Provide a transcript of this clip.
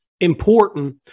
important